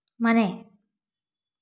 ಮನೆ